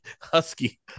husky